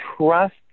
trust